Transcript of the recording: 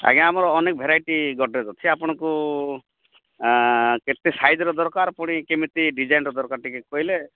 ଆଜ୍ଞା ଆମର୍ ଅନେକ୍ ଭେରାଇଟି ଗଡ଼୍ରେଜ୍ ଅଛି ଆପଣଙ୍କୁ ଆଁ କେତେ ସାଇଜ୍ ର ଦରକାର୍ ପୁଣି କେମିତି ଡ଼ିଜାଇନ୍ ର ଦରକାର୍ ଟିକେ କହିଲେ